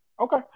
Okay